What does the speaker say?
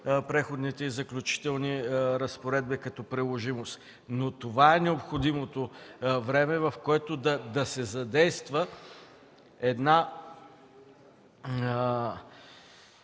Преходните и заключителни разпоредби като приложимост. Това е необходимото време, в което да се задейства тази